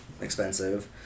expensive